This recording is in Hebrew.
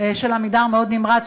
של "עמידר" מאוד נמרץ,